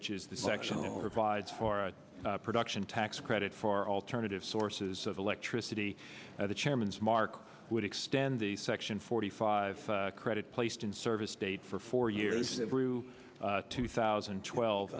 which is the section provides for our production tax credit for alternative sources of electricity at the chairman's mark would extend the section forty five credit placed in service date for four years two thousand and twelve